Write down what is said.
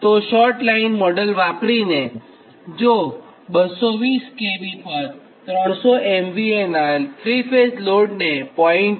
તો short line model વાપરીને જો લાઇન 220 kV પર 300 MVA નાં ૩ ફેઝ લોડને 0